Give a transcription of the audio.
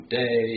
day